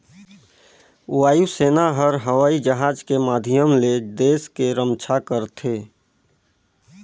वायु सेना हर हवई जहाज के माधियम ले देस के रम्छा करथे